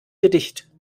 gedicht